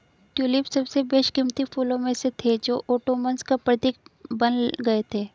tulip सबसे बेशकीमती फूलों में से थे जो ओटोमन्स का प्रतीक बन गए थे